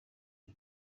rya